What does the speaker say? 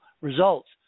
results